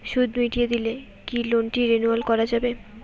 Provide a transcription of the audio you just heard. সুদ মিটিয়ে দিলে কি লোনটি রেনুয়াল করাযাবে?